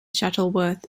shuttleworth